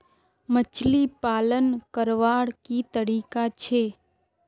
मछली पालन करवार की तरीका छे?